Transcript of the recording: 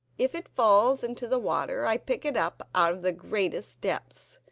if it falls into the water i pick it up out of the greatest depths,